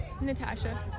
Natasha